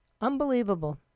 Unbelievable